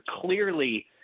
clearly